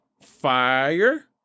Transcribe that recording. Fire